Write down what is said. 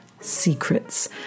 secrets